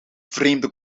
vreemde